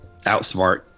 outsmart